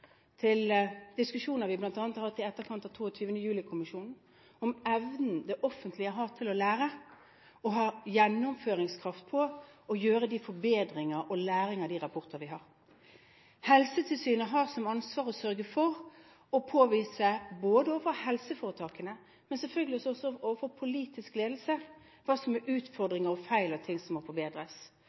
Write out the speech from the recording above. til diskusjonen vi bl.a. har hatt i etterkant av 22. juli-kommisjonen, om evnen det offentlige har til gjennomføringskraft – å gjøre forbedringer og lære av de rapportene vi har fått. Helsetilsynet har som ansvar å sørge for å påpeke overfor helseforetakene og selvfølgelig også overfor politisk ledelse hva som er utfordringer, feil og ting som må forbedres.